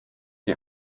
die